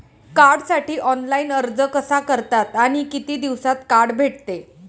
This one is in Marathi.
कार्डसाठी ऑनलाइन अर्ज कसा करतात आणि किती दिवसांत कार्ड भेटते?